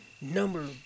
number